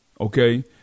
okay